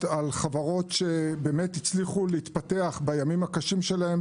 על חברות שהצליחו להתפתח בימים הקשים שלהן